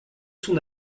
son